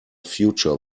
future